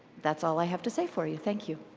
that's all i have to say for you. thank you.